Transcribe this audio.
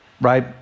right